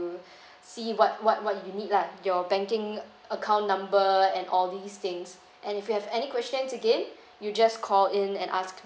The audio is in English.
you see what what what you need lah your banking account number and all these things and if you have any question again you just call in and ask